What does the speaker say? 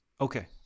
Okay